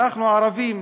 אנחנו הערבים